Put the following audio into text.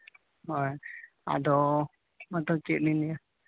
ᱦᱳᱭ ᱟᱫᱚ ᱢᱚᱛᱞᱚᱵ ᱪᱮᱫ ᱤᱧ ᱞᱟᱹᱭᱟ